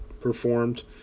performed